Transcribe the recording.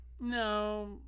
No